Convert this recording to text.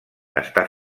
està